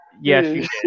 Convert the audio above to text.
Yes